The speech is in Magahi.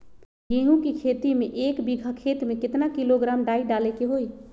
गेहूं के खेती में एक बीघा खेत में केतना किलोग्राम डाई डाले के होई?